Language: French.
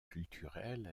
culturelles